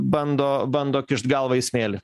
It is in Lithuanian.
bando bando kišt galvą į smėlį